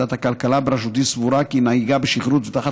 ועדת הכלכלה בראשותי סבורה כי נהיגה בשכרות ותחת